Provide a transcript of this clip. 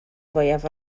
fwyaf